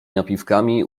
napiwkami